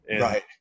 Right